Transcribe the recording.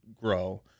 grow